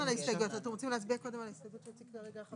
אתם רוצים להצביע קודם על ההסתייגות שהציג כרגע חבר הכנסת?